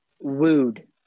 wooed